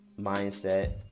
mindset